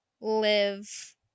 live